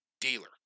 dealer